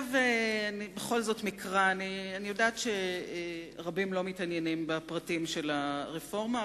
אני יודעת שרבים לא מתעניינים בפרטים של הרפורמה,